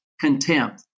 contempt